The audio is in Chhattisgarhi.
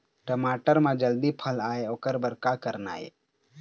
टमाटर म जल्दी फल आय ओकर बर का करना ये?